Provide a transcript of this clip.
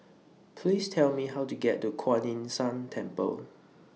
Please Tell Me How to get to Kuan Yin San Temple